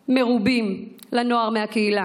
מרובים לנוער מהקהילה.